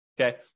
okay